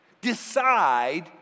decide